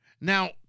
Now